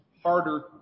harder